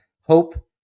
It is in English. hope